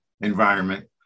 environment